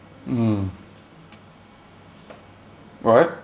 mm what